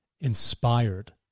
inspired